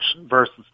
versus